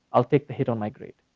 i'll take the hit on my grade.